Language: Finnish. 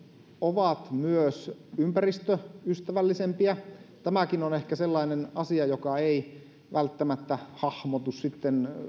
ovat myös ympäristöystävällisempiä tämäkin on ehkä sellainen asia joka ei välttämättä hahmotu